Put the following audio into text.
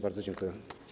Bardzo dziękuję.